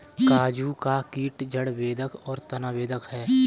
काजू का कीट जड़ बेधक और तना बेधक है